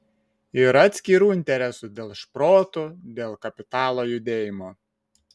yra atskirų interesų dėl šprotų dėl kapitalo judėjimo